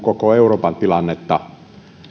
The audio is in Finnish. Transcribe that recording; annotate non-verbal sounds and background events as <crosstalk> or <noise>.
<unintelligible> koko euroopan tilannetta